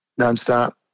nonstop